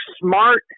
smart